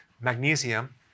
magnesium